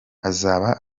azaba